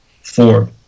Four